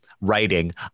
Writing